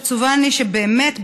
עצובה אני שבאמת,